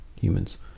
humans